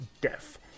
Death